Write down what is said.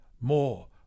more